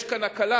יש כאן הקלה,